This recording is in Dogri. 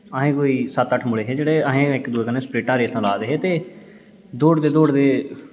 अस कोई सत्त अट्ठ मुड़े हे जेह्के इक दुए कन्नै स्पीटां रेसां ला'रदे हे ते दौड़दे दौड़दे